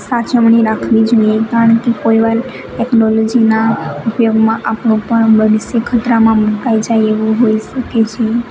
સાચવણી રાખવી જોઈએ કારણકે કોઈવાર ટેકનોલોજીના ઉપયોગમાં આપણું પણ બધું ખતરામાં મુકાઇ જાય એવું હોઇ શકે છે